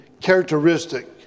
characteristic